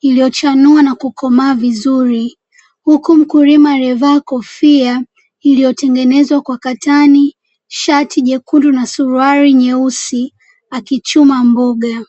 iliyochanua na kukomaa vizuri huku mkulima aliyevaa kofia iliyotengenezwa kwa katani, shati jekundu na suruali nyeusi akichuma mboga.